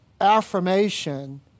affirmation